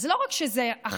אז לא רק שזה אכזרי,